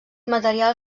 material